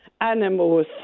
Animals